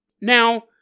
Now